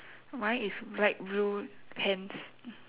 mine is black blue pants